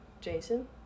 Jason